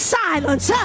silence